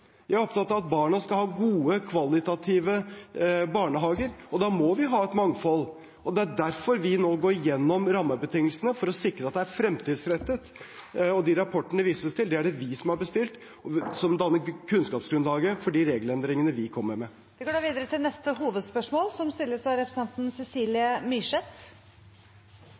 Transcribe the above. Jeg er opptatt av at barna skal ha kvalitativt gode barnehager, og da må vi ha et mangfold. Det er derfor vi nå går gjennom rammebetingelsene, for å sikre at det er fremtidsrettet. De rapportene det vises til, er det vi som har bestilt, og de danner kunnskapsgrunnlaget for de regelendringene vi kommer med. Vi går da videre til neste hovedspørsmål. Mitt hovedspørsmål går til fiskeriministeren. Arbeiderpartiet er opptatt av